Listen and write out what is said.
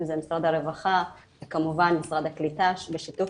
אם זה משרד הרווחה וכמובן משרד הקליטה בשיתוף